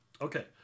Okay